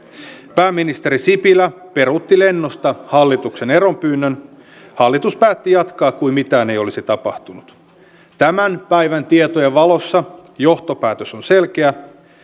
pääministeri sipilä peruutti lennosta hallituksen eronpyynnön hallitus päätti jatkaa kuin mitään ei olisi tapahtunut tämän päivän tietojen valossa johtopäätös on selkeä